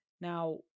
Now